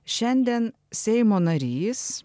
šiandien seimo narys